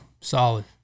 Solid